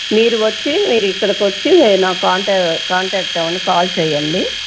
మీరు వచ్చి మీరు ఇక్కడికి వచ్చి నాకు కాంటాక్ట్ అవ్వండి కాల్ చెయ్యండి